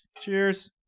Cheers